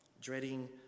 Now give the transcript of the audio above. Dreading